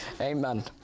Amen